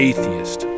Atheist